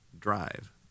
Drive